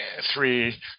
three